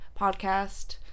podcast